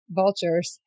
vultures